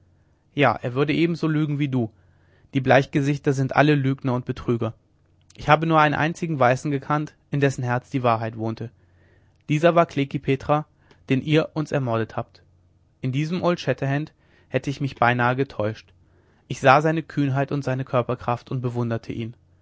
ja er würde ebenso lügen wie du die bleichgesichter sind alle lügner und betrüger ich habe nur einen einzigen weißen gekannt in dessen herz die wahrheit wohnte dieser war klekih petra den ihr uns ermordet habt in diesem old shatterhand hätte ich mich beinahe getäuscht ich sah seine kühnheit und seine körperkraft und bewunderte ihn